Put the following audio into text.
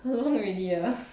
how long already ah